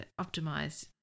optimize